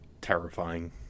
terrifying